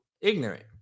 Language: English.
ignorant